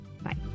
Bye